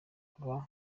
uba